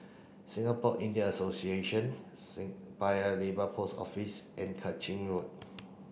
Singapore India Association Paya Lebar Post Office and Kang Ching Road